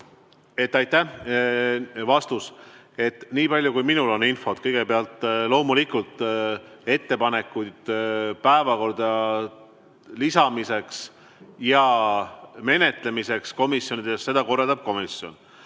Aitäh! Vastus, niipalju kui minul on infot. Kõigepealt, loomulikult ettepanekuid päevakorda lisamiseks ja menetlemiseks komisjonides, seda korraldab komisjon.